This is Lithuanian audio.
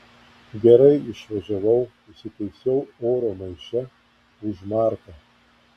gerai išvažiavau įsitaisiau oro maiše už marko